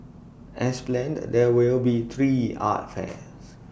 as planned there will be three art fairs